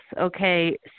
Okay